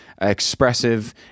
expressive